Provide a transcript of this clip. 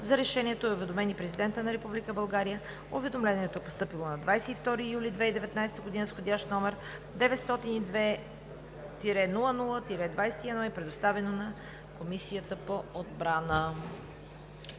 за решението е уведомен и Президентът на Република България. Уведомлението е постъпило на 22 юли 2019 г. с вх. № 902 00 21 и е предоставено на Комисията по отбрана.